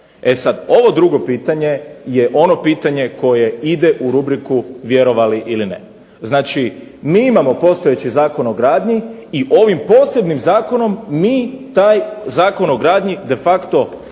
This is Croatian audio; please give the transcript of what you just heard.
E sada ovo drugo pitanje je pitanje koje ide u rubriku Vjerovali ili ne? Dakle, mi imamo postojeći Zakon o gradnji i ovim posebnim zakonom mi taj Zakon o gradnji de facto o njemu